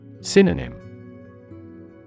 Synonym